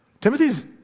Timothy's